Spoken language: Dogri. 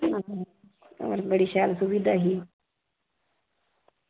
होर बड़ी शैल सुविधा ही